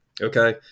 okay